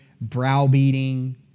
browbeating